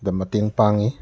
ꯗ ꯃꯇꯦꯡ ꯄꯥꯡꯉꯤ